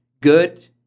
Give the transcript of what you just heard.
good